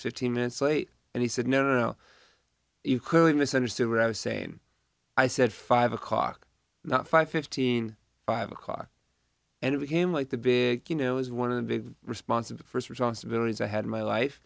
fifteen minutes late and he said no no you could misunderstood what i was saying i said five o'clock not five fifteen five o'clock and it became like the big you know is one of the big response of the first responsibilities i had my life